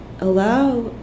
allow